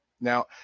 Now